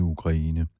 Ukraine